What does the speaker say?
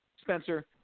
Spencer